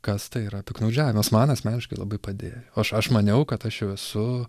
kas tai yra piktnaudžiavimas man asmeniškai labai padėjo aš aš maniau kad aš jau esu